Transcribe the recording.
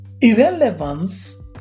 Irrelevance